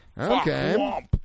Okay